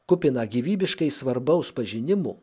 kupiną gyvybiškai svarbaus pažinimo